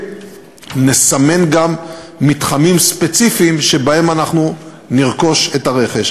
נסמן גם מתחמים ספציפיים שבהם אנחנו נרכוש את הרכש.